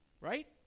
Right